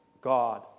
God